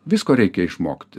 visko reikia išmokti